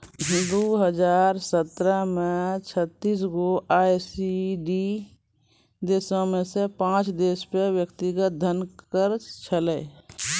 दु हजार सत्रह मे छत्तीस गो ई.सी.डी देशो मे से पांच देशो पे व्यक्तिगत धन कर छलै